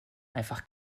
einfach